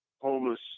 homeless